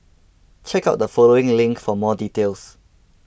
check out the following link for more details